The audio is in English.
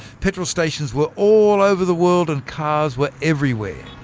petrol stations were all over the world, and cars were everywhere!